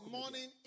morning